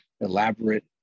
elaborate